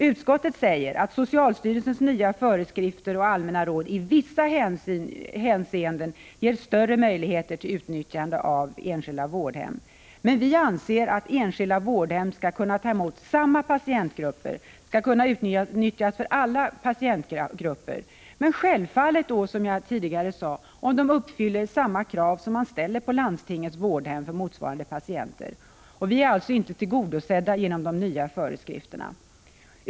Utskottet säger att socialstyrelsens nya föreskrifter och allmänna råd i vissa hänseenden ger större möjlighet till utnyttjande av enskilda vårdhem. Men vi anser att enskilda vårdhem skall kunna ta emot samma patientgrupper, skall kunna utnyttjas för alla patientgrupper -— självfallet då, som jag sade tidigare, om de enskilda vårdhemmen uppfyller samma krav som man ställer på landstingens vårdhem för motsvarande patienter. Det kravet är alltså inte tillgodosett genom de nya föreskrifterna.